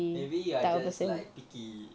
maybe you are just like picky